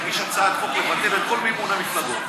תגיש הצעת חוק לבטל את כל מימון המפלגות,